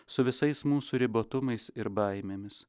su visais mūsų ribotumais ir baimėmis